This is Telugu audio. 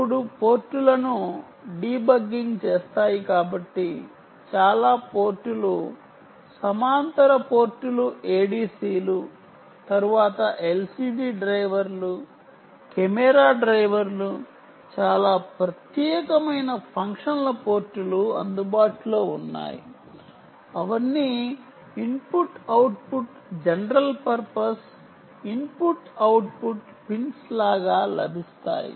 అప్పుడు పోర్టులను డీబగ్గింగ్ చేస్తాయి కాబట్టి చాలా పోర్టులు సమాంతర పోర్టులు ADC లు తరువాత LCD డ్రైవర్లు కెమెరా డ్రైవర్లు చాలా ప్రత్యేకమైన ఫంక్షన్ల పోర్టులు అందుబాటులో ఉన్నాయి అవన్నీ input output general purpose input output pins లాగాలభిస్తాయి